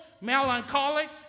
melancholic